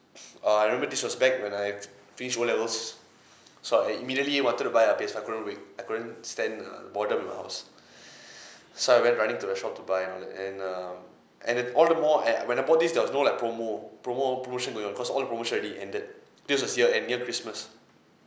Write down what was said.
err I remember this was back when I've finish O levels so I immediately wanted to buy a P_S I couldn't wait I couldn't stand uh boredom in the house so I went running to the shop to buy and all that and err and uh all the more and when I bought this there was no like promo promo promotion going on cause all the promotion already ended this was year-end near christmas